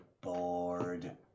Bored